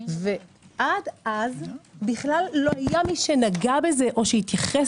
ועד אז לא היה מי שנגע בזה או שהתייחס